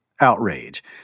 outrage